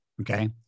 Okay